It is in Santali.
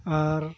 ᱟᱨ